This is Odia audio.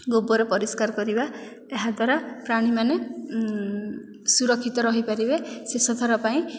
ଗୋବର ପରିଷ୍କାର କରିବା ଏହା ଦ୍ଵାରା ପ୍ରାଣୀମାନେ ସୁରକ୍ଷିତ ରହିପାରିବେ ଶେଷଥର ପାଇଁ